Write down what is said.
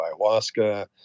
ayahuasca